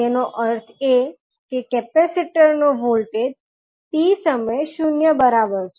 તેનો અર્થ એ કે કેપેસિટરનો વોલ્ટેજ t સમયે 0 ની બરાબર છે